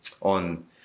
on